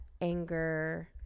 anger